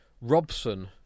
Robson